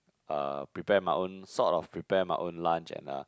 uh prepare my own sort of prepare my own lunch and uh